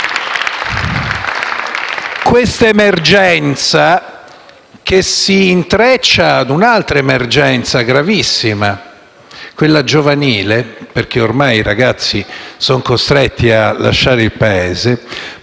questa emergenza, che si intreccia ad un'altra emergenza gravissima, quella giovanile - perché ormai i ragazzi sono costretti a lasciare il Paese